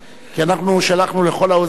כי אנחנו שלחנו לכל העוזרים.